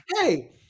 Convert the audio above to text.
Hey